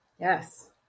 yes